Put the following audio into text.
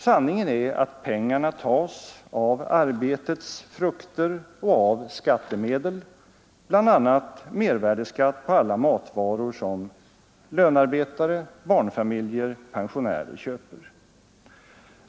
Sanningen är att pengarna tas av arbetets frukter och av skattemedel, bl.a. mervärdeskatt på alla matvaror som lönearbetare, barnfamiljer, pensionärer köper.